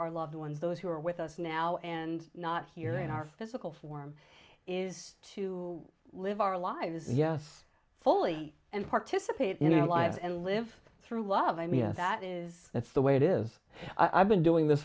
our loved ones those who are with us now and not here in our physical form is to live our lives yes fully and participate in a life and live through love i mean that is that's the way it is i've been doing this